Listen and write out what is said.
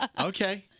Okay